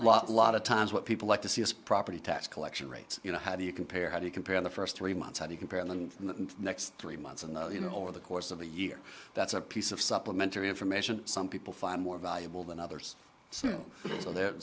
a lot of times what people like to see as property tax collection rates you know how do you compare how do you compare the first three months how do you compare them from the next three months and you know over the course of the year that's a piece of supplementary information some people find more valuable than others so